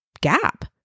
gap